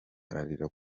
ararira